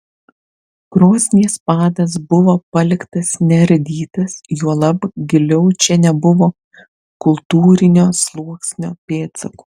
krosnies padas buvo paliktas neardytas juolab giliau čia nebuvo kultūrinio sluoksnio pėdsakų